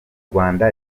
rwanda